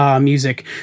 music